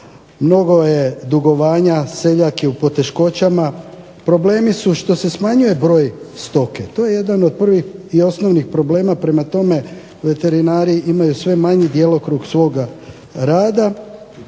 mnogo je dugovanja, seljak je u poteškoćama. Problemi su što se smanjuje broj stoke, to je jedan od prvih i osnovnih problema, prema tome, veterinari imaju sve manji djelokrug svoga rada.